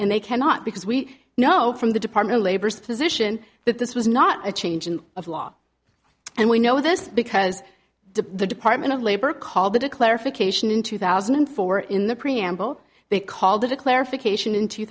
and they cannot because we know from the department of labor's position that this was not a change in of law and we know this because the department of labor called the declare fixation in two thousand and four in the preamble they called it a clarification in two